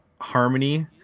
harmony